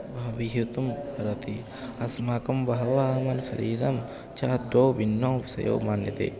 भवितुम् इति अस्माकं बहवः मनश्शरीरं चाद्वौ भिन्नौ विषयौ मन्यते